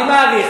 אני מעריך,